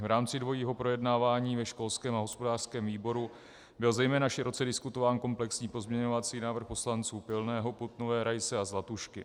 V rámci dvojího projednávání ve školském a hospodářském výboru byl zejména široce diskutován komplexní pozměňovací návrh poslanců Pilného, Putnové, Raise a Zlatušky.